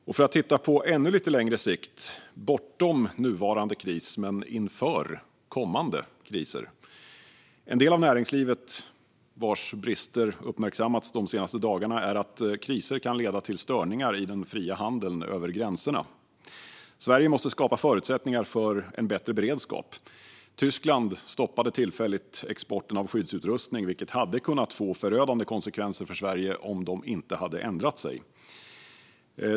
Låt oss titta på ännu lite längre sikt, bortom nuvarande kris men inför kommande kriser: En av näringslivets brister som uppmärksammats de senaste dagarna är att kriser kan leda till störningar i den fria handeln över gränserna. Sverige måste därför skapa förutsättningar för en bättre beredskap. Tyskland stoppade tillfälligt exporten av skyddsutrustning, vilket hade kunnat få förödande konsekvenser för Sverige om Tyskland inte hade ändrat sig.